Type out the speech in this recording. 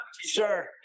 Sure